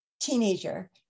teenager